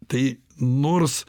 tai nors